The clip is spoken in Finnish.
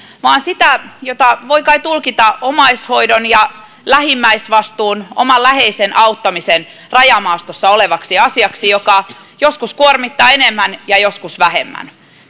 vaan jota voi kai tulkita omaishoidon ja lähimmäisvastuun oman läheisen auttamisen rajamaastossa olevaksi asiaksi joka joskus kuormittaa enemmän ja joskus vähemmän